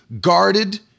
guarded